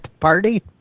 party